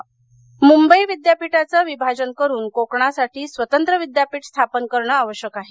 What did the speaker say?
स्वतंत्र विद्यापीठ मुंबई विद्यापीठाचं विभाजन करून कोकणासाठी स्वतंत्र विद्यापीठ स्थापन करणं आवश्यक आहे